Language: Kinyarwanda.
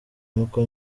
nuko